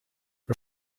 her